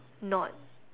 not